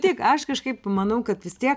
tik aš kažkaip manau kad vis tiek